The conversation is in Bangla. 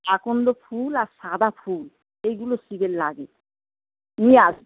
আকন্দ ফুল আর সাদা ফুল এইগুলো শিবের লাগে নিয়ে আসবেন